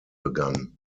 begann